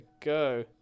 go